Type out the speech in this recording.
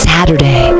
Saturday